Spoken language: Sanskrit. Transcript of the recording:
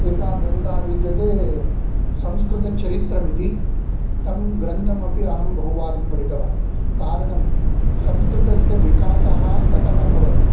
एकः ग्रन्थः विद्यते संस्कृतचरित्रमिति तं ग्रन्थमपि अहं बहुवारं पठितवान् कारणं संस्कृतस्य विकासः कथम् अभवत्